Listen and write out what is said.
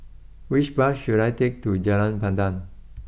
which bus should I take to Jalan Pandan